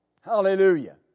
Hallelujah